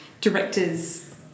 directors